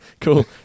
cool